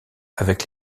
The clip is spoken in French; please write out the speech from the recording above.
avec